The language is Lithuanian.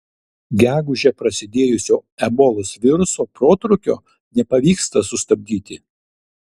gegužę prasidėjusio ebolos viruso protrūkio nepavyksta sustabdyti